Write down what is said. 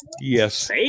Yes